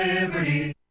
Liberty